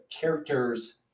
characters